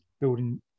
building